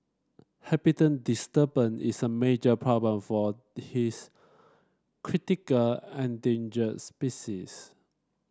habitat disturbance is a major problem for his critical endangers species